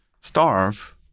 starve